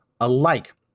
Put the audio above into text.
alike